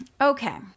Okay